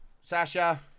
Sasha